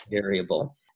variable